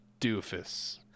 doofus